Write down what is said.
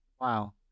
Wow